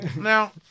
Now